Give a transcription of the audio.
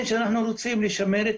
לא חשוב לנו רק להכיר.